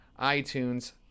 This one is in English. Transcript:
iTunes